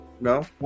no